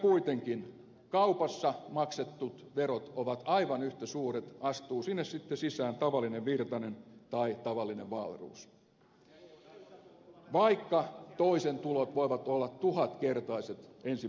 kuitenkin kaupassa maksetut verot ovat aivan yhtä suuret astuu sinne sitten sisään tavallinen virtanen tai tavallinen wahlroos vaikka toisen tulot voivat olla tuhatkertaiset ensin mainittuun nähden